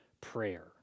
prayer